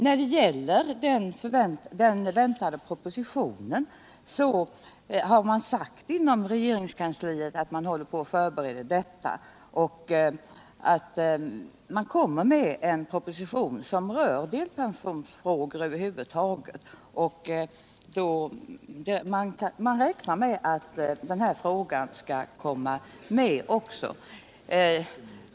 När det gäller den väntade propositionen har man från regeringskansliet sagt att man håller på och förbereder detta arbete och att man kommer med en proposition som rör delpensionsfrågor över huvud taget. Man räknar också med att den frågan skall komma med.